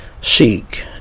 Seek